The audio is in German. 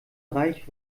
reich